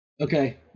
Okay